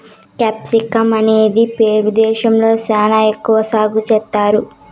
capsicum అనేది Peru దేశంలో శ్యానా ఎక్కువ సాగు చేత్తారు